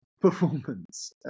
performance